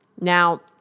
Now